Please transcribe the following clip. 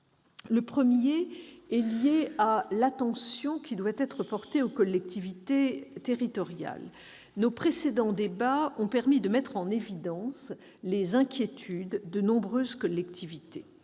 Le premier point a trait à l'attention portée aux collectivités territoriales. Nos précédents débats ont permis de mettre en évidence les inquiétudes de nombreuses collectivités.